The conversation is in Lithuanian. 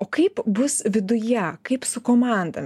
o kaip bus viduje kaip su komanda